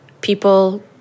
people